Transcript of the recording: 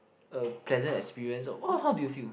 a pleasant experience what how do you feel